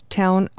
town